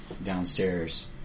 downstairs